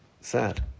sad